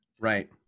right